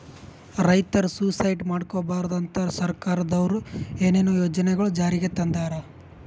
ರೈತರ್ ಸುಯಿಸೈಡ್ ಮಾಡ್ಕೋಬಾರ್ದ್ ಅಂತಾ ಸರ್ಕಾರದವ್ರು ಏನೇನೋ ಯೋಜನೆಗೊಳ್ ಜಾರಿಗೆ ತಂದಾರ್